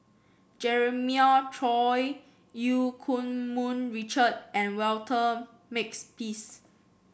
Jeremiah Choy Eu Keng Mun Richard and Walter Makepeace